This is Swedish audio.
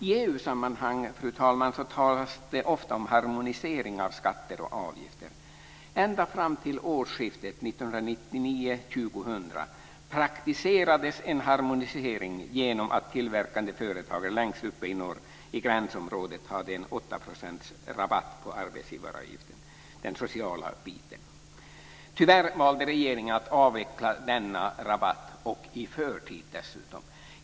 I EU-sammanhang, fru talman, talas det ofta om harmonisering av skatter och avgifter. Ända fram till årsskiftet 1999/2000 praktiserades en harmonisering genom att tillverkande företagare längst uppe i norr, i gränsområdet, hade 8 % rabatt på arbetsgivaravgiften - den sociala delen. Tyvärr valde regeringen att avveckla denna rabatt - och i förtid dessutom.